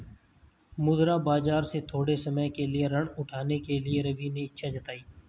मुद्रा बाजार से थोड़े समय के लिए ऋण उठाने के लिए रवि ने इच्छा जताई